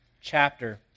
chapter